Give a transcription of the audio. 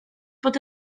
bod